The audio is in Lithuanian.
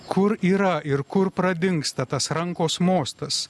kur yra ir kur pradingsta tas rankos mostas